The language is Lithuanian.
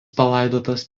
palaidotas